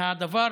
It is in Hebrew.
והדבר